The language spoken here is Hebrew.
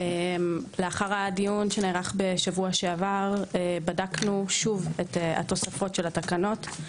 לאחר הדיון שנערך בשבוע שעבר בדקנו שוב את התוספות של התקנות.